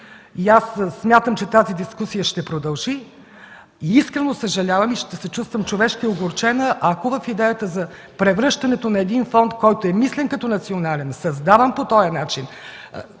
Аз смятам, че тази дискусия ще продължи. Искрено съжалявам и ще се чувствам човешки огорчена, ако в идеята за превръщането на един фонд, измислен като национален и създаван по този начин